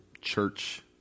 church